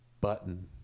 button